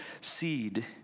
seed